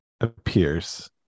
appears